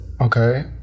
Okay